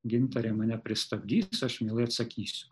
gintarė mane pristabdys aš mielai atsakysiu